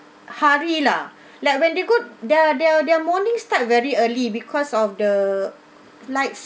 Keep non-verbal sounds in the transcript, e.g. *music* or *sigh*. hurry lah *breath* like when they go the their their morning start very early because of the lights